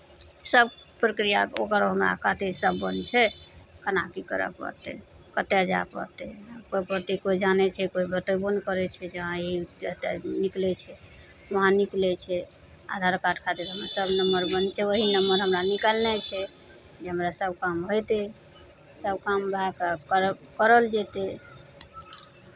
सभ प्रक्रिया ओकर हमरा खातिर सभ बन्द छै केना की करय पड़तै कतय जाय पड़तै कोइ कहतै कोइ जानै छै कोइ बतयबो नहि करै छै जे हँ ई एतय निकलै छै वहाँ निकलै छै आधार कार्ड खातिर हमर सभ नम्बर बन्द छै वही नम्बर हमरा निकालनाइ छै जे हमरा सभ काम होइतै सभ काम भए कऽ करल करल जेतै